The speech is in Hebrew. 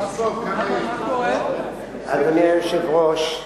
אדוני היושב-ראש,